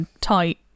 tight